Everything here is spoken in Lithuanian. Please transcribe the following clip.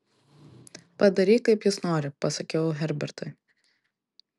padaryk kaip jis nori pasakiau herbertui